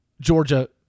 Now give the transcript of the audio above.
Georgia